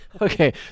okay